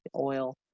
oil